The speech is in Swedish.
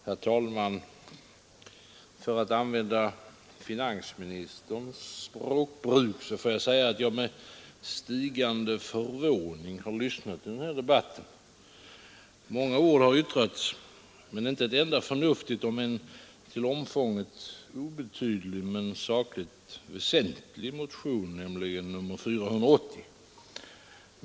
Herr talman! För att använda finansministerns språkbruk får jag säga att jag med stigande förvåning har lyssnat till den här debatten. Många ord har yttrats men inte ett enda förnuftigt om en till omfånget obetydlig men sakligt väsentlig motion, nämligen motion nr 480.